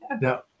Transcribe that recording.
no